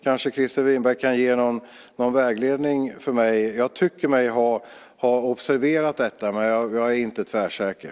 Kanske Christer Winbäck kan ge någon vägledning för mig? Jag tycker mig ha observerat detta, men jag är inte tvärsäker.